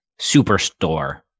superstore